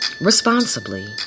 responsibly